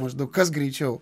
maždaug kas greičiau